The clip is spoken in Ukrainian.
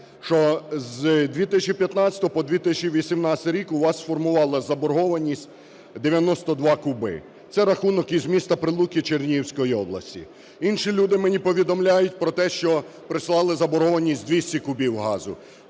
що з 2015-го по 2018 рік у вас сформувалась заборгованість 92 куби. Це рахунок із міста Прилуки Чернігівської області. Інші люди мені повідомляють про те, що прислали заборгованість 200 кубів газу,